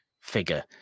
figure